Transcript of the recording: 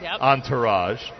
entourage